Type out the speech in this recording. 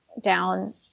down